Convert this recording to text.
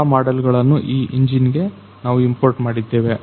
ಎಲ್ಲಾ ಮಾಡೆಲ್ಗಳನ್ನು ಈ ಇಂಜಿನ್ ಗೆ ನಾವು ಇಂಪೋರ್ಟ್ ಮಾಡಿದ್ದೇವೆ